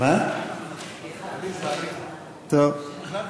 הוחלט ברוב קולות.